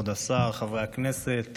כבוד השר, חברי הכנסת